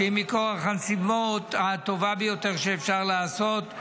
שמכורח הנסיבות היא הטובה ביותר שאפשר לעשות.